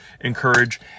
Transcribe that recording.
encourage